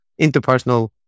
Interpersonal